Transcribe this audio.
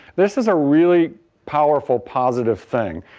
this is a really powerful positive thing.